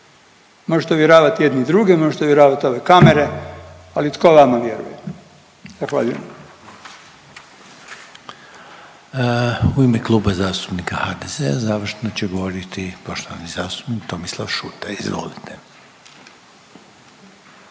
Možete uvjeravati jedni druge, možete uvjeravati ove kamere ali tko vama vjeruje? Zahvaljujem. **Reiner, Željko (HDZ)** U ime Kluba zastupnika HDZ-a završno će govoriti poštovani zastupnik Tomislav Šuta. Izvolite.